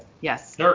yes